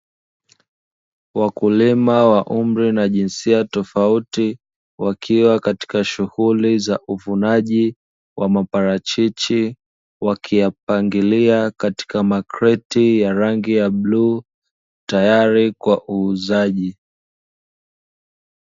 Wakulia wa umri na jinsia tofauti wakiwa katika shughuli za uvunaji wa maparachichi, wakiyapangilia katika makreti ya rangi bluu tayari kwa uuzaji.